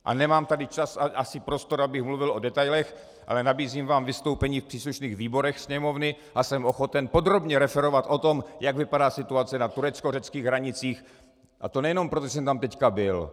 A nemám tady čas ani prostor, abych mluvil o detailech, ale nabízím vám vystoupení v příslušných výborech Sněmovny a jsem ochoten podrobně referovat o tom, jak vypadá situace na tureckořeckých hranicích, a to nejenom proto, že jsem tam teď byl.